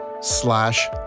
slash